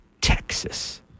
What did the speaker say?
Texas